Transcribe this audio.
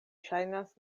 ŝajnas